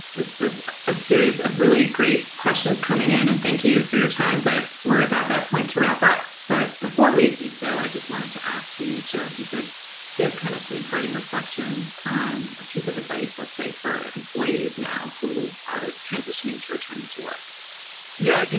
this was a series of really great questions coming in, and thank you for your time, but we're about that point to wrap up. but before we do so, i just wanted to ask you, joe, if you could give kind of some parting reflections on or a piece of advice, let's say, for employees now who are transitioning to returning to work? yeah joe